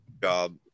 job